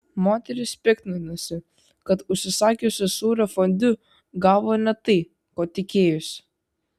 moteris piktinosi kad užsisakiusi sūrio fondiu gavo ne tai ko tikėjosi